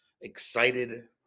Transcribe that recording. excited